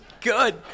Good